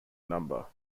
number